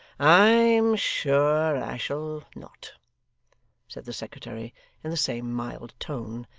i am sure i shall not said the secretary in the same mild tone,